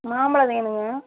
மாம்பழம் வேணுங்க